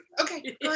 Okay